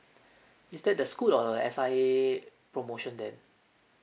is that the Scoot or S_I_A promotion then